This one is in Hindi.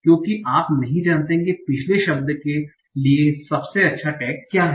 क्योंकि आप नहीं जानते कि पिछले शब्द के लिए सबसे अच्छा टैग क्या है